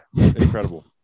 Incredible